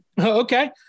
Okay